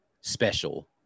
special